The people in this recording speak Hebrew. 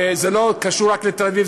זה לא קשור רק לתל-אביב,